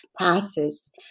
passes